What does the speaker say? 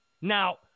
Now